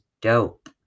Dope